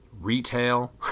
retail